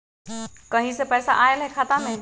कहीं से पैसा आएल हैं खाता में?